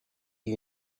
you